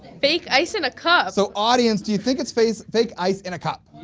fake ice in a cup. so, audience do you think its face fake ice in a cup?